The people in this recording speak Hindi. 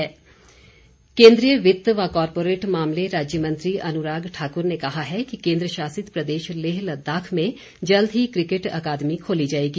अनुराग ठाकुर केन्द्रीय वित्त व कॉरपोरेट मामले राज्य मंत्री अनुराग ठाकुर ने कहा है कि केन्द्रशासित प्रदेश लेह लद्दाख में जल्द ही किकेट अकेडमी खोली जाएगी